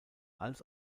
als